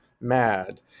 mad